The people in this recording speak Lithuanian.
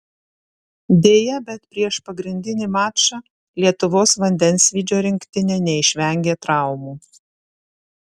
deja bet prieš pagrindinį mačą lietuvos vandensvydžio rinktinė neišvengė traumų